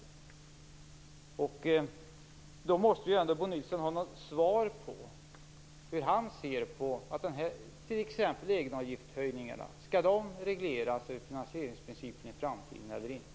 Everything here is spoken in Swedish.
Bo Nilsson måste ha något svar på hur han i det sammanhanget ser på t.ex. egenavgiftshöjningarna. Skall de i framtiden regleras i finansieringsprincipen eller inte?